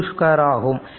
2×10 3×22 ஆகும்